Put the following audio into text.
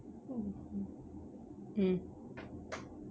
hmm hmm mm